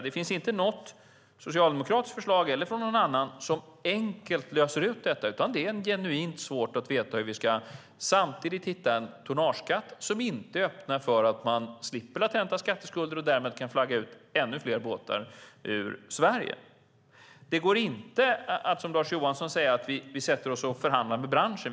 Det finns inte något förslag från socialdemokratiskt håll eller från någon annan som enkelt löser detta, utan det är genuint svårt att veta hur vi ska utforma en tonnageskatt som inte samtidigt öppnar för att man slipper latenta skatteskulder och därmed kan flagga ut ännu fler båtar ur Sverige. Det går inte att som Lars Johansson säga att vi ska sätta oss och förhandla med branschen.